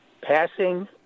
Passing